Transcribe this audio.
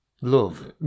Love